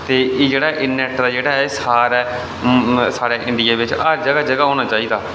ते एह् जेह्ड़ा नैटवर्क ऐ सारै साढ़े इंडिया बिच हर जगह जगह होना चाहिदा